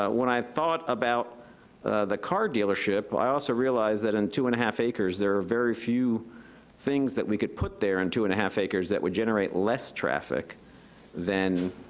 when i thought about the car dealership, i also realize that on and two and a half acres, there are very few things that we could put there and two and a half acres that would generate less traffic than